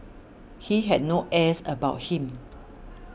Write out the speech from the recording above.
he had no airs about him